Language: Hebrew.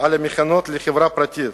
על המכינות לחברה פרטית.